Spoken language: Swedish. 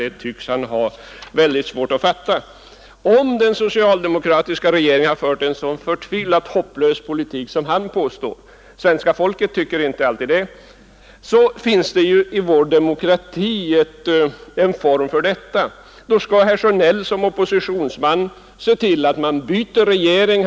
Det tycks han ha väldigt svårt att fatta. Om den socialdemokratiska regeringen fört en så förtvivlat hopplös politik som herr Sjönell påstår — svenska folket tycker inte alltid det — så finns det ju i vår demokrati en möjlighet att råda bot för detta. Herr Sjönell får som oppositionsman se till att man byter regering.